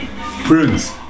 prunes